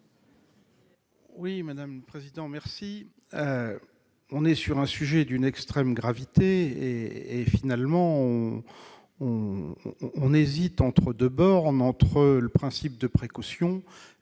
Oui, madame président merci, on est sur un sujet d'une extrême gravité et finalement on, on, on hésite entre 2 bornes entre le principe de précaution et entre la présomption